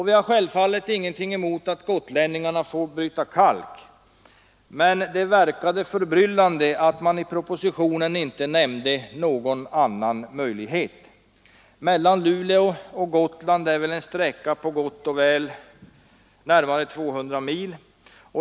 Vi har självfallet ingenting emot att gotlänningarna får bryta kalk, men det verkade förbryllande att man i propositionen inte nämnde någon annan möjlighet. Mellan Luleå och Gotland är det väl en sträcka på närmare 200 mil.